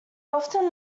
often